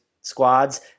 squads